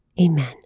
Amen